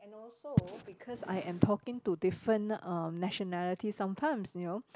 and also because I am talking to different uh nationality sometimes you know